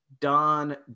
Don